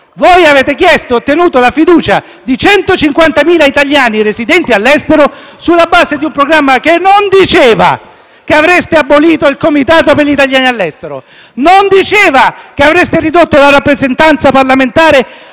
Avete chiesto e ottenuto la fiducia di 150.000 italiani residenti all'estero sulla base di un programma che non diceva che avreste abolito il Comitato per gli italiani all'estero. Non diceva che avreste ridotto la rappresentanza parlamentare